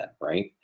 right